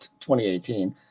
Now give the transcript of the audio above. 2018